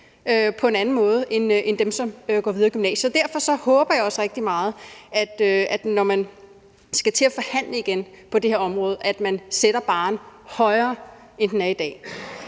på en anden måde end dem, som går videre i gymnasiet. Derfor håber jeg også rigtig meget, når man skal til at forhandle igen på det her område, at man sætter barren højere, end den er i dag.